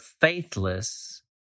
faithless